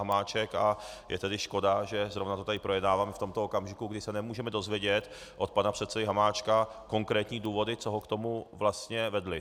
A je tedy škoda, že zrovna to tady projednáváme v tomto okamžiku, kdy se nemůžeme dozvědět od pana předsedy Hamáčka konkrétní důvody, co ho k tomu vlastně vedly.